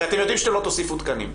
הרי אתם יודעים שאתם לא תוסיפו תקנים.